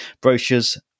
brochures